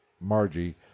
Margie